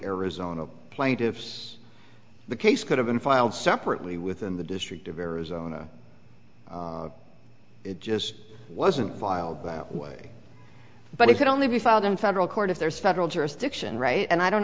arizona plaintiffs the case could have been filed separately within the district of arizona it just wasn't filed that way but it could only be filed in federal court if there is federal jurisdiction right and i don't